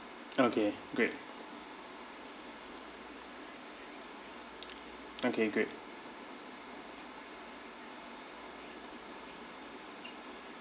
okay great okay great